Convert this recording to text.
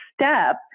step